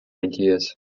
ideas